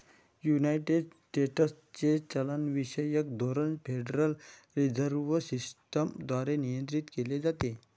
United स्टेट्सचे चलनविषयक धोरण फेडरल रिझर्व्ह सिस्टम द्वारे नियंत्रित केले जाते